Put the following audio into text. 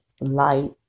light